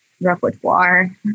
repertoire